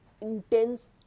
intense